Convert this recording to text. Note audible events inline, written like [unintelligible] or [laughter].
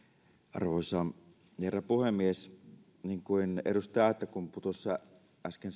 arvoisa herra puhemies niin kuin edustaja aittakumpu tuossa äsken [unintelligible]